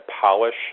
polish